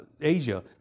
Asia